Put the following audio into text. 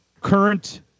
current